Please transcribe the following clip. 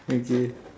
okay